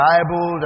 Bible